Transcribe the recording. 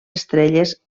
estrelles